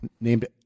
named